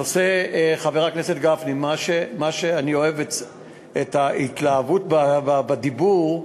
חבר הכנסת גפני, אני אוהב את ההתלהבות בדיבור,